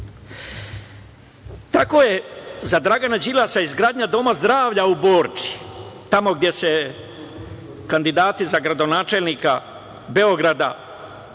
ne. Tako je za Dragana Đilasa izgradnja Doma zdravlja u Borči, tamo gde se kandidati za gradonačelnika Beograda